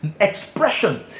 expression